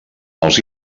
els